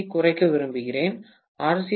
யைக் குறைக்க விரும்புகிறேன் ஆர்